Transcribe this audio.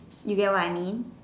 you get what I mean